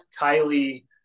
Kylie